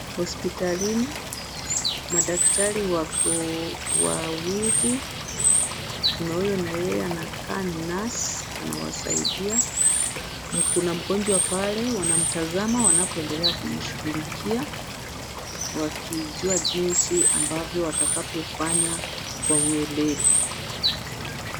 Hospitalini, madaktari wawili, kuna huyu na yeye anakaa nurse anawasaidia. Kuna mgonjwa pale, wanamtazama, wanapoendelea kumshughulikia, wakijua jinsi ambavyo watakavyo fanya kwa ueledi.